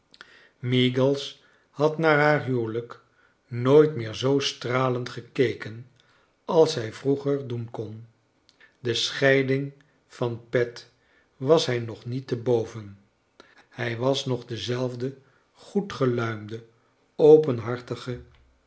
meagles had na haar huwelijk nooit meer zoo stralend gekeken als hij vroeger doen kon do scheiding van pet was hij nog niet te boven hij was nog dezelfde goed geluimde